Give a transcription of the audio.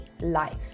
life